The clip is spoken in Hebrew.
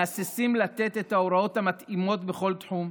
מהססים לתת את ההוראות המתאימות בכל תחום,